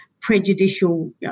prejudicial